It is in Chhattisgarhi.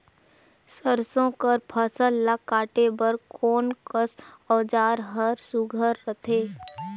सरसो कर फसल ला काटे बर कोन कस औजार हर सुघ्घर रथे?